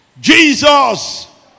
Jesus